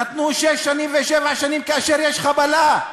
נתנו שש שנים ושבע שנים כאשר יש חבלה.